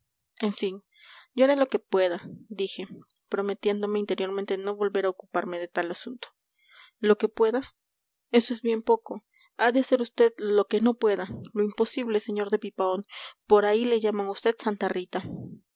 en fin yo haré lo que pueda dije prometiéndome interiormente no volver a ocuparme de tal asunto lo que pueda eso es bien poco ha de hacer vd lo que no pueda lo imposible señor de pipaón por ahí le llaman a vd santa rita